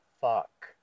fuck